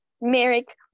Merrick